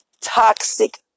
toxic